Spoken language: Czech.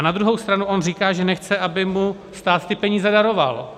Na druhou stranu on říká, že nechce, aby mu stát ty peníze daroval.